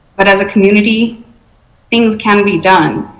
but as a community things can be done.